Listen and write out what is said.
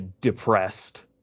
depressed